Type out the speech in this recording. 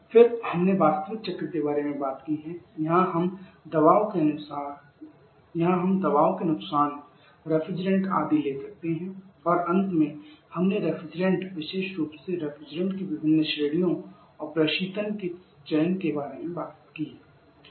फिर हमने वास्तविक चक्र के बारे में बात की है यहाँ हम दबाव के नुकसान रेफ्रिजरेंट आदि ले सकते हैं और अंत में हमने रेफ्रिजरेंट विशेष रूप से रेफ्रिजरेंट की विभिन्न श्रेणियों और प्रशीतन के चयन के बारे में बात की है